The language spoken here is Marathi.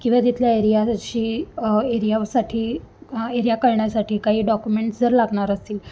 किंवा तिथल्या एरियाशी एरियासाठी एरिया कळण्यासाठी काही डॉक्युमेंट्स जर लागणार असतील